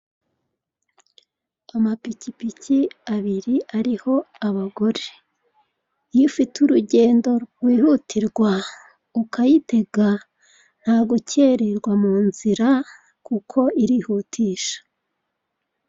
Amapikipiki abiri ariho abagore, iyo ufite urugendo rwihutirwa ukayitega nta gukererwa mu nzira kuko irihutisha.